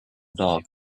dog